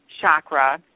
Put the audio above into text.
chakra